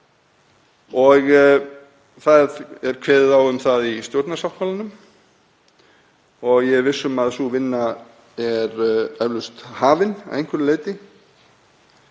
Það er kveðið á um það í stjórnarsáttmálanum og ég er viss um að sú vinna er eflaust hafin að einhverju leyti.